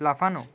লাফানো